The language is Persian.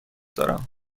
دارم